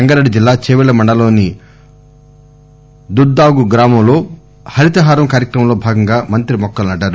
రంగారెడ్డి జిల్లా చేపెళ్ల మండలంలోని దుద్దాగు గ్రామంలో హారితహరం కార్యక్రమంలో భాగంగా మంత్రి మొక్కలు నాటారు